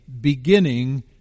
beginning